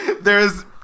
There's-